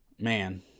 man